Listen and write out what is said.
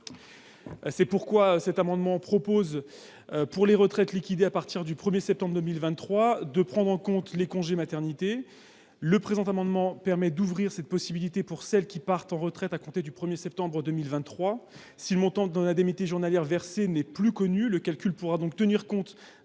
C'est pourquoi cet amendement prévoit, pour les retraites liquidées à partir du 1 septembre 2023, de prendre en compte les congés maternité. Il permet d'ouvrir cette possibilité pour celles qui partent à la retraite à compter du 1 septembre 2023. Si le montant de l'indemnité journalière versée n'est plus connu, le calcul pourra donc tenir compte